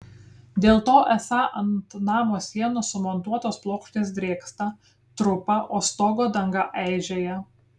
dėl to esą ant namo sienų sumontuotos plokštės drėksta trupa o stogo danga eižėja